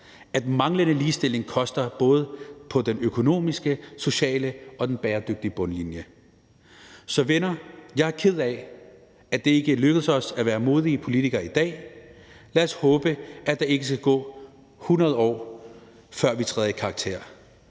at manglende ligestilling koster både på den økonomiske, sociale og den bæredygtige bundlinje. Så venner, jeg er ked af, at det ikke lykkedes os at være modige politikere i dag. Lad os håbe, at der ikke skal gå 100 år, før vi træder i karakter.